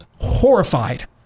horrified